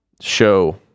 show